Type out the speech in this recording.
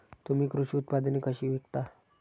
तुम्ही कृषी उत्पादने कशी विकता?